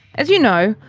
as you know,